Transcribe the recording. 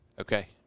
Okay